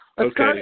Okay